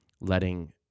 letting